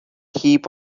heap